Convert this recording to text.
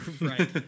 Right